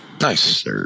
Nice